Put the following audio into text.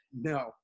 No